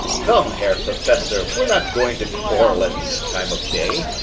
come, herr professor, we're not going to quarrel at this time of day.